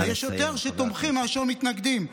לי יש יותר שתומכים מאשר מתנגדים.